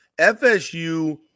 FSU